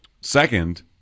Second